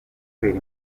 kwera